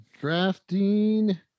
drafting